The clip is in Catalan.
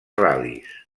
ral·lis